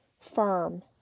firm